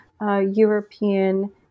European